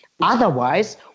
Otherwise